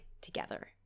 together